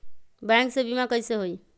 Bank से बिमा कईसे होई?